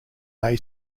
may